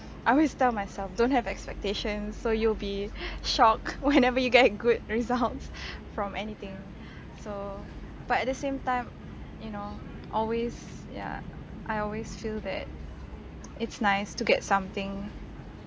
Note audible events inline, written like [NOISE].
I always tell myself don't have expectation so you'll be [BREATH] shocked whenever [LAUGHS] you get good results [BREATH] from anything so but at the same time you know always ya I always feel that it's nice to get something